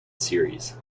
series